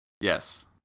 yes